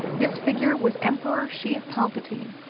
this figure was emperor sheev palpatine.